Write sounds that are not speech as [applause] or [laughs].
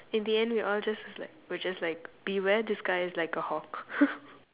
in the end we're all just like we're just like beware this guy is like a hawk [laughs]